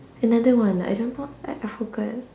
another one I don't know I I forgot